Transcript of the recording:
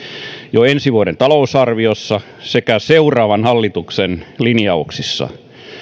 jo ensi vuoden talousarviossa sekä seuraavan hallituksen linjauksissa